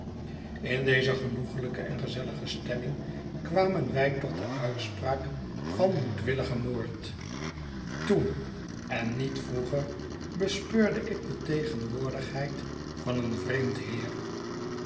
in deze genoegiijke en gezeilige stemming kwamen wij totde mtspraak van moedwilligen moord toen en niet vroeger bespeurde ik de tegenwoordigheid van een vreemd heer